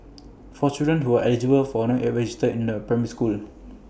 for children who are eligible for not registered in A primary school